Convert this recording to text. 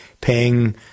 paying